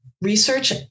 research